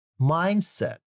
mindset